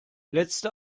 letzte